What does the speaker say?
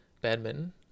badminton